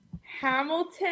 Hamilton